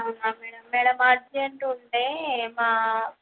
అవునా madam madam urgent ఉంటే మా